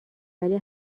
ولی